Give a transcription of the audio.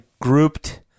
grouped